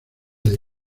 the